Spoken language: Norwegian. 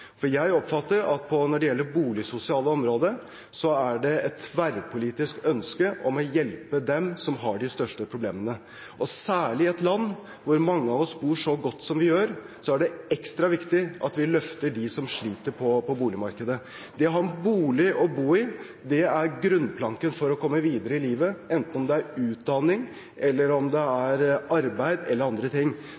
For jeg oppfatter at når det gjelder det boligsosiale området, er det et tverrpolitisk ønske om å hjelpe dem som har de største problemene. I et land hvor mange av oss bor så godt som vi gjør, er det ekstra viktig at vi løfter dem som sliter på boligmarkedet. Det å ha en bolig å bo i er grunnplanken for å komme videre i livet, enten det er snakk om utdanning, arbeid eller